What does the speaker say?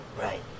Right